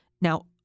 Now